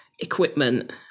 equipment